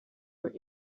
were